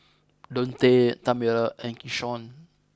Dontae Tamera and Keshaun